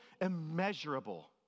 immeasurable